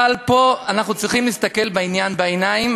אבל פה אנחנו צריכים להסתכל בעניין בעיניים,